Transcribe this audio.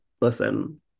Listen